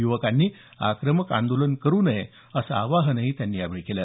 युवकांनी आक्रमक आंदोलन करू नये असं आवाहनही त्यांनी यावेळी केलं